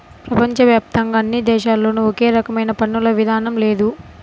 ప్రపంచ వ్యాప్తంగా అన్ని దేశాల్లోనూ ఒకే రకమైన పన్నుల విధానం లేదు